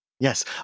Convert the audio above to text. Yes